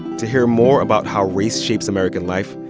to hear more about how race shapes american life,